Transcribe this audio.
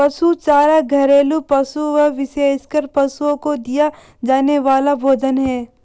पशु चारा घरेलू पशुओं, विशेषकर पशुओं को दिया जाने वाला भोजन है